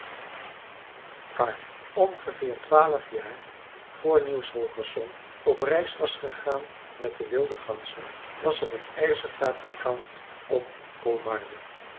karr ongeveer twaalf jaar vr niels holgersson op reis was gegaan met de wilde ganzen was er een ijzerfabrikant op